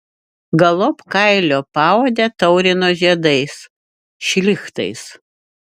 galop kailio paodę taurino žiedais šlichtais